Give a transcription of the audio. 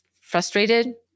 frustrated